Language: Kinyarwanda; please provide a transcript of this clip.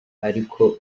ariko